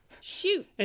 Shoot